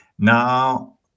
Now